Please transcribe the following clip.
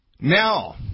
Now